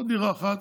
עוד דירה אחת,